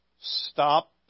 Stop